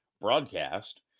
broadcast